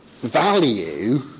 value